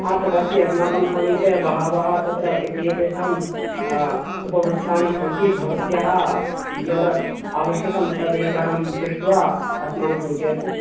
तद् अस्ति अस्माकं समीपे बहवः तत्र एते एतेसां उपवस्त्राणि सन्ति भवत्याः यद् आवश्यकं तद् एकवारं दृष्ट्वा अस्मान् सूचयतु